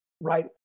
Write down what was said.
right